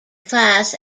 class